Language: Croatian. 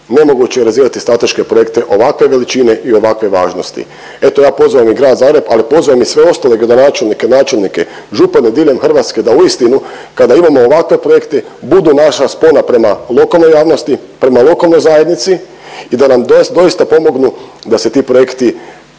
nemoguće je realizirati strateške projekte ovakve veličine i ovakve važnosti. Eto ja pozivam i Grad Zagreb, ali pozivam i sve ostale gradonačelnike, načelnike, župane diljem Hrvatske da uistinu, kada imamo ovakve projekte, budu naša spona prema lokalnoj javnosti, prema lokalnoj zajednici i da nam doista pomognu da se ti projekti, da